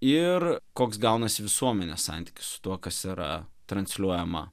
ir koks gaunasi visuomenės santykis su tuo kas yra transliuojama